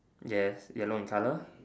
yes yellow in color